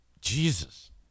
Jesus